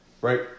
Right